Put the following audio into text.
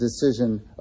decision